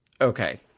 Okay